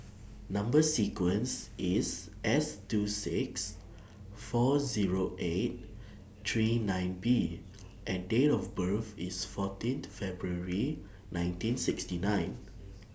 Number sequence IS S two six four Zero eight three nine B and Date of birth IS fourteenth February nineteen sixty nine